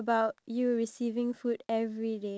there are three chickens